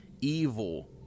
evil